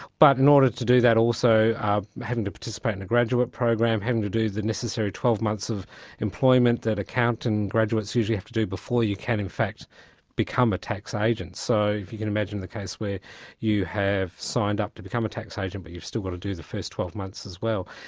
but in order to do that also ah having to participate in a graduate program, having to do the necessary twelve months of employment that accounting graduates usually have to do before you can in fact become a tax agent. so if you can imagine the case where you have signed up to become a tax agent but you still got to do the first twelve months as well,